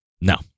No